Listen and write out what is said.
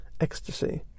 ecstasy